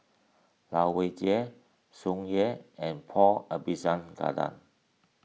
Lai Weijie Tsung Yeh and Paul Abisheganaden